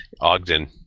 Ogden